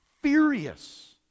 furious